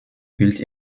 built